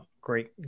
great